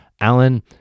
Alan